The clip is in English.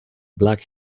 black